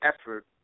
effort